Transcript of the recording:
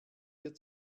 dir